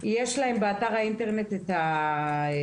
יש באתר האינטרנט את מה